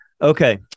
Okay